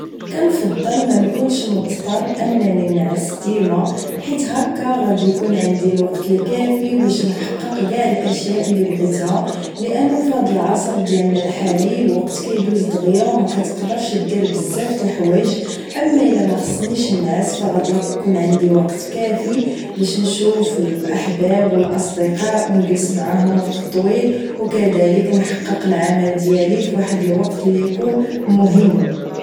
كنفضل منكونش مضطر انني نعس ديما حيت هكا غادي اكون عندي الوقت الكافي باش نحقق كاع الاشياء اللي بغيتها لانه فهاد العصر ديالنا الحالي الوقت تيدوز دغيا و مكتقدرش دير بزاف تلحوايج اما الا مخصنيش نعس فغيكون عندي وقت كافي باش نشوف الاحباب و الاصدقاء و نكلس معاهم وقت طويل و كدالك نحقق العمل ديالي فواحد الوقت اللي يكون مهم